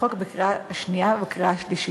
החוק בקריאה השנייה ובקריאה השלישית.